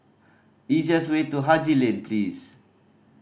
easiest way to Haji Lane please